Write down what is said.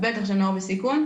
ובטח שנוער בסיכון,